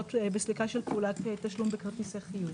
"בסליקה של פעולת תשלום בכרטיס החיוב"